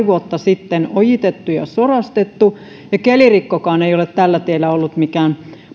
vuotta sitten ojitettu ja sorastettu eikä kelirikkokaan ei ole tällä tiellä ollut mikään